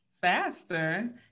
faster